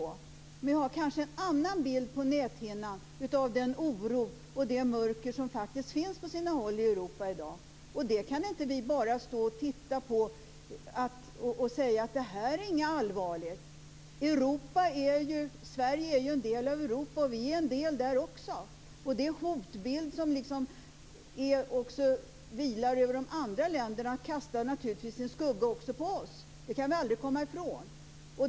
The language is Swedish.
Men vi har kanske en annan bild på näthinnan av den oro och det mörker som faktiskt finns på sina håll i Europa i dag. Vi kan inte bara stå och titta på detta och säga: Det här är inget allvarligt. Sverige är ju en del av Europa! Den hotbild som vilar över de andra länderna kastar naturligtvis sin skugga också på Sverige. Det kan vi aldrig komma ifrån.